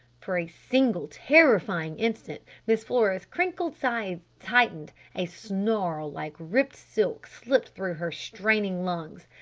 for a single terrifying instant miss flora's crinkled sides tightened a snarl like ripped silk slipped through her straining lungs.